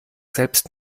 selbst